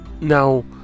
now